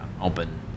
open